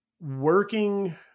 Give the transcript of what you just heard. working